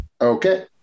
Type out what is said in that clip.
Okay